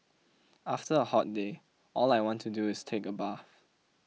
after a hot day all I want to do is take a bath